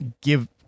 give